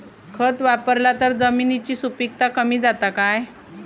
खत वापरला तर जमिनीची सुपीकता कमी जाता काय?